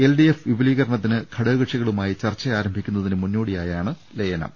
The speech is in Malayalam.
എൽ ഡി എഫ് വിപുലീകരണത്തിന് ഘടക കക്ഷികളുമായി ചർച്ചയാരംഭിക്കുന്നതിന് മുന്നോ ടിയായാണ് ലയനം